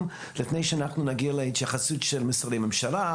לפני שאנחנו נגיע להתייחסות משרדי הממשלה,